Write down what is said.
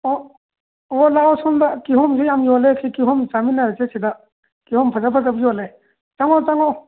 ꯑꯣ ꯑꯣꯍꯣ ꯂꯥꯛꯑꯣ ꯁꯣꯝꯗ ꯀꯤꯍꯣꯝꯁꯨ ꯌꯥꯝ ꯌꯣꯜꯂꯦ ꯁꯤ ꯀꯤꯍꯣꯝ ꯆꯥꯃꯤꯟꯅꯔꯁꯦ ꯁꯤꯗ ꯀꯤꯍꯣꯝ ꯐꯖ ꯐꯖꯕꯁꯨ ꯌꯣꯜꯂꯦ ꯆꯪꯉꯛꯑꯣ ꯆꯪꯉꯛꯑꯣ